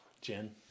Jen